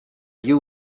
you